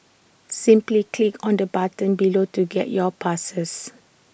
simply click on the button below to get your passes